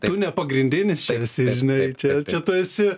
tu ne pagrindinis čia esi čia čia tu esi